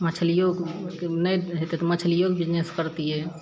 मछलियो के नहि हेतय मछलियोके बिजनेस करतियै